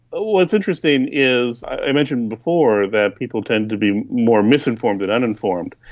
ah what's interesting is i mentioned before that people tend to be more misinformed than uninformed.